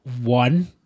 one